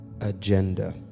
agenda